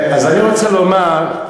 אז אני רוצה לומר: